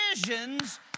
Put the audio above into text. decisions